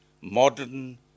modern